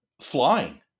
flying